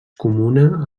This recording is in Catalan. comuna